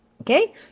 Okay